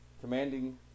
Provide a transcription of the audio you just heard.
commanding